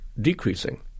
decreasing